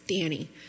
Danny